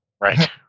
Right